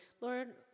Lord